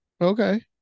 okay